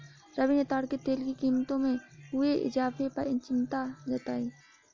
रवि ने ताड़ के तेल की कीमतों में हुए इजाफे पर चिंता जताई